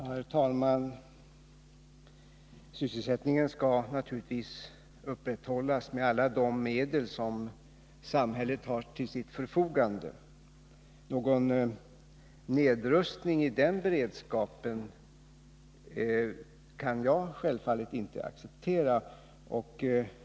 Herr talman! Sysselsättningen skall naturligtvis upprätthållas med alla de medel som samhället har till sitt förfogande. Någon nedrustning i den beredskapen kan jag självfallet inte acceptera.